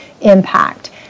impact